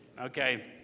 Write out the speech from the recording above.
Okay